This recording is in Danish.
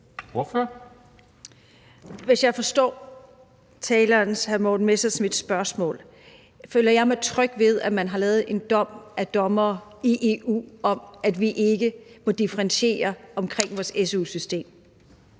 Morten Messerschmidts, spørgsmål, føler jeg mig tryg ved, at man har lavet en dom af dommere i EU om, at vi ikke må differentiere omkring vores su-system.